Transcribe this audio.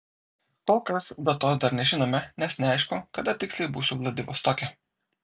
kol kas datos dar nežinome nes neaišku kada tiksliai būsiu vladivostoke